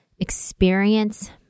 experience